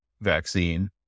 vaccine